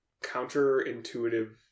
counterintuitive